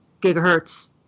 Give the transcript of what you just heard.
gigahertz